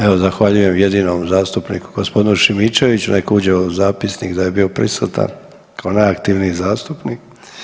Evo zahvaljujem jedinom zastupniku gospodinu Šimičeviću nek' uđe u zapisnik da je bio prisutan kao najaktivniji zastupnik.